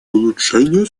улучшения